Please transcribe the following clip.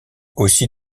aussi